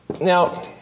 Now